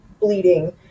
bleeding